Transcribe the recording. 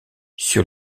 sur